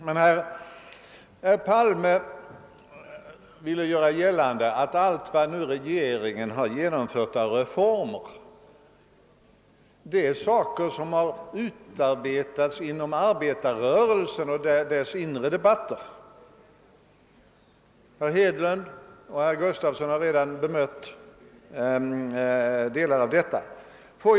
Herr Palme ville göra gällande att ailt vad regeringen har genomfört av reformer är något som har utarbetats i arbetarrörelsens inre debatter. Herr Hedlund och herr Gustafson i Göteborg har redan bemött delar av detta resonemang.